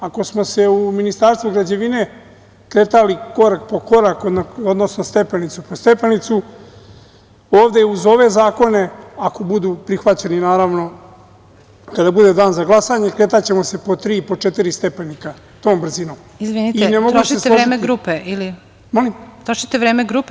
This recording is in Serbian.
Ako smo se u Ministarstvu građevine kretali korak po korak, odnosno stepenicu po stepenicu, ovde uz ove zakone, ako budu prihvaćeni naravno kada bude dan za glasanje, kretaćemo se po tri, četiri stepenika tom brzinom. (Predsedavajuća: Izvinite, trošite vreme grupe?